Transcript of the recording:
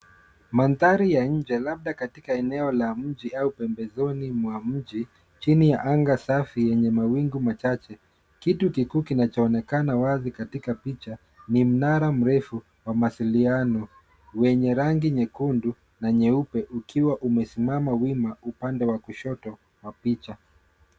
Mandhari ya nje labda katika eneo la mji au pembezoni mwa mji chini ya anga safi yenye mawingu machache kitu kikuu kinachoonekana wazi katika picha ni mnara mrefu wa mawasiliano wenye rangi nyekundu na nyeupe ukiwa umesimama wima upande wa kushoto wa picha